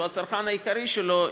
שהוא הצרכן העיקרי שלו,